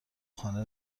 خانه